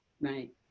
Right